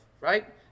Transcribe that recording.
right